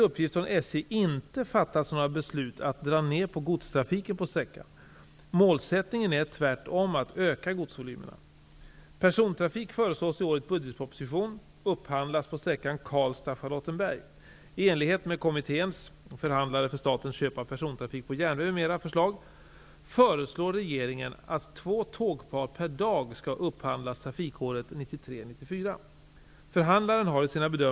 Målsättningen är tvärtom att öka godsvolymerna.